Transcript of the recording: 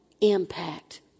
impact